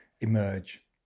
emerge